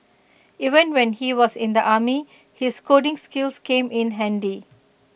even when he was in the army his coding skills came in handy